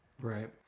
right